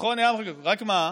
רק מה?